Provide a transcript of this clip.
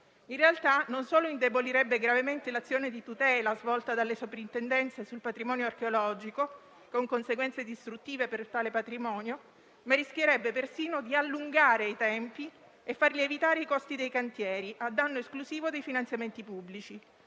In realtà, non solo indebolirebbe gravemente l’azione di tutela svolta dalle soprintendenze sul patrimonio archeologico, con conseguenze distruttive per tale patrimonio, ma rischierebbe persino di allungare i tempi e far lievitare i costi dei cantieri a danno esclusivo dei finanziamenti pubblici.